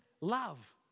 love